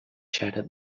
shattered